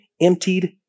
emptied